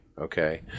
Okay